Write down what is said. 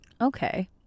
okay